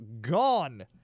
gone